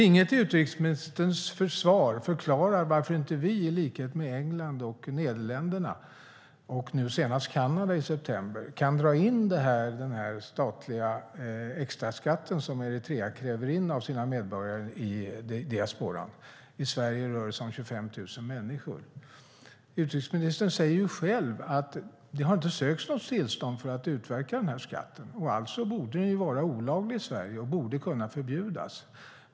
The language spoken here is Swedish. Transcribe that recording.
Inget i utrikesministerns svar förklarar varför inte vi, i likhet med England, Nederländerna och nu senast Kanada i september, kan dra in den här statliga extraskatten som Eritrea kräver in av sina medborgare i diasporan. Det rör sig om 25 000 människor i Sverige. Utrikesministern säger själv att det inte har ansökts om något tillstånd för att utverka den här skatten, alltså borde det vara olagligt i Sverige och borde kunna förbjudas.